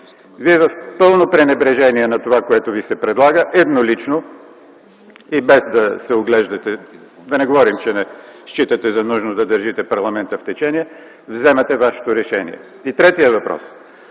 Вие в пълно пренебрежение на това, което Ви се предлага, еднолично и без да се оглеждате, да не говорим, че не считате за нужно да държите парламента в течение, вземате Вашето решение. И третият въпрос